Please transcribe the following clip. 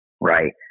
right